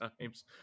times